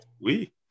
Oui